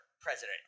president